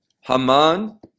Haman